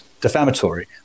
defamatory